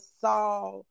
saw